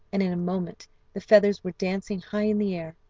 and in a moment the feathers were dancing high in the air.